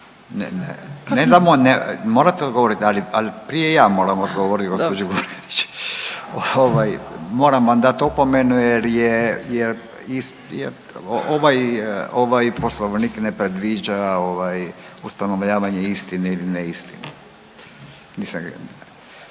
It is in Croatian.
Ne, ne. Morate odgovoriti, ali prije ja moram odgovoriti gospođi Murganić. Moram vam dat opomenu, jer ovaj Poslovnik ne predviđa ustanovljavanje istine ili neistine. Nisam ga